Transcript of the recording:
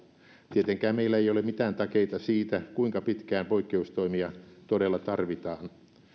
tietenkään meillä ei ole mitään takeita siitä kuinka pitkään poikkeustoimia todella tarvitaan